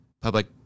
public